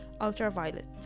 Ultraviolet